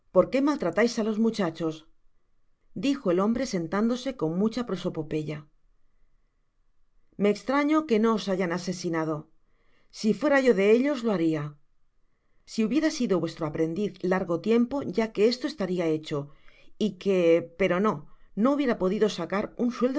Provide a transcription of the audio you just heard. maltratais á los muchachos dijo el hombre sentándose con mucha prosopopeya me estraño que no os hayan asesinado s fuera yo de ellos lo baria si hubiera sido vuestro aprendiz largo tiempo ya que esto estaria hecho y que pero no no hubiera podido sacar un